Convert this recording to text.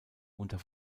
unter